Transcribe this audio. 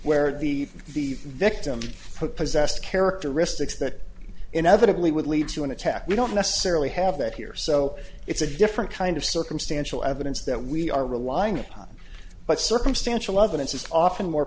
where the victim possessed characteristics that inevitably would lead to an attack we don't necessarily have that here so it's a different kind of circumstantial evidence that we are relying upon but circumstantial evidence is often more